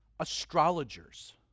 astrologers